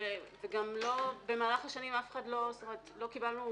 ובמהלך השנים לא קיבלנו,